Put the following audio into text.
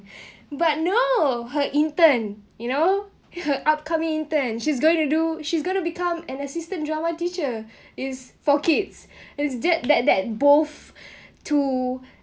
but no her intern you know her upcoming intern she's going to do she's gonna become an assistant drama teacher is for kids is that that that both to